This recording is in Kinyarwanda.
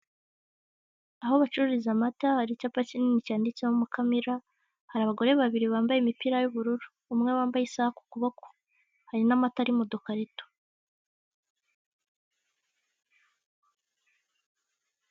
Aho bacururiza amata, hari icyapa kinini cyanditseho Mukamira, hari abagore babiri bambaye imipira y'ubururu. Umwe wambaye isaha ku kuboko hari n'amata ari mu dukarito.